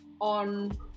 on